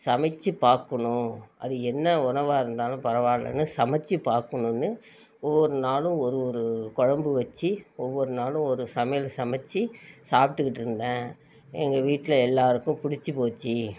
சமைத்து பார்க்குணும் அது என்ன உணவாக இருந்தாலும் பரவாயில்லனு சமைச்சி பார்க்கணுனு ஒவ்வொரு நாளும் ஒரு ஒரு குழம்பு வெச்சு ஒவ்வொரு நாளும் ஒரு சமையல் சமைச்சி சாப்பிட்டுகிட்ருந்தேன் எங்கள் வீட்டில் எல்லாேருக்கும் பிடிச்சி போச்சு